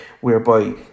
whereby